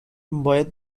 باید